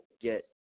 get